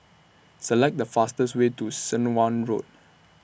Select The fastest Way to Swanage Road